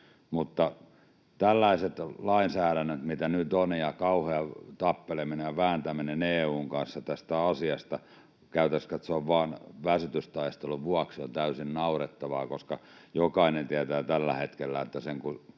Mutta tällainen lainsäädäntö, mitä nyt on, ja kauhea tappeleminen ja vääntäminen EU:n kanssa tästä asiasta käytännössä katsoen vain väsytystaistelun vuoksi, on täysin naurettavaa, koska jokainen tietää tällä hetkellä,